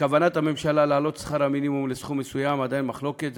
שכוונת הממשלה להעלות את שכר המינימום לסכום מסוים עדיין שנויה במחלוקת,